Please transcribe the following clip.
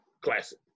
classic